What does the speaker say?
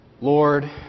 Lord